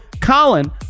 COLIN